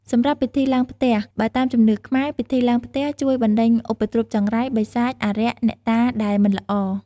សម្រាប់ពិធីឡើងផ្ទះ បើតាមជំនឿខ្មែរ ពិធីឡើងផ្ទះជួយបណ្ដេញឧបទ្រពចង្រៃ បិសាច អារក្ស អ្នកតាដែលមិនល្អ ។